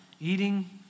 eating